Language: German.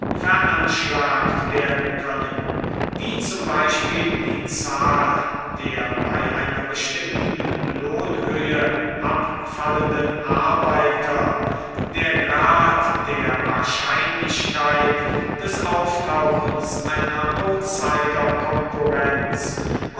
veranschlagt werden können wie z b die zahl der bei einer bestimmten lohnhöhe abfallenden arbeiter der grad der wahrscheinlichkeit des auftauchens einer